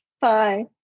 bye